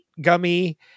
gummy